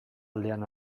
aldean